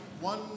One